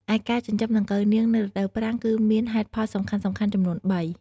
ឯការចិញ្ចឹមដង្កូវនាង នៅរដូវប្រាំង គឺមានហេតុផលសំខាន់ៗចំនួន៣។